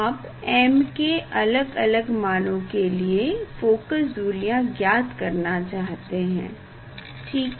आप m के अलग अलग मानों के लिए फोकस दूरियाँ ज्ञात करना चाहते हैं ठीक